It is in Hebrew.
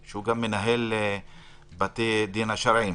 שהוא גם מנהל בתי הדין השרעיים.